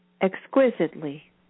exquisitely